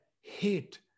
hate